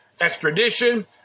extradition